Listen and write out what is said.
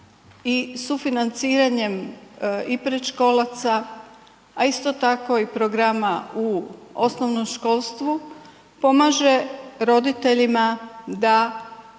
i sufinanciranjem i predškolaraca, a isto tako i programa u osnovnom školstvu pomaže roditeljima da